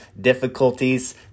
difficulties